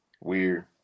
weird